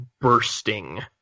bursting